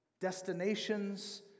Destinations